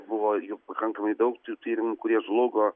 buvo juk pakankamai daug tų tyrimų kurie žlugo